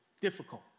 difficult